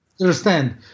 Understand